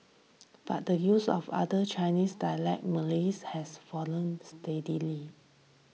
but the use of other Chinese dialects Malay's has fallen steadily